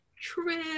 trip